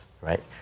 right